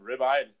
ribeye